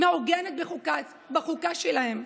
מעוגנת בחוקה שלהם.